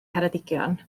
ngheredigion